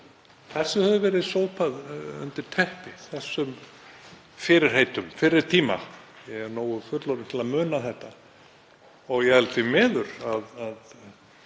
Þessu hefur verið sópað undir teppið, þessum fyrirheitum fyrri tíma. Ég er nógu fullorðinn til að muna þetta. Ég held því miður að